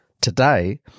Today